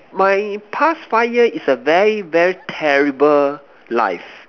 my past five year is a very very terrible life